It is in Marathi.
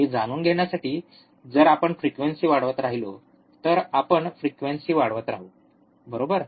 हे जाणून घेण्यासाठी जर आपण फ्रिक्वेंसी वाढवत राहिलो तर आपण फ्रिक्वेंसी वाढवत राहू बरोबर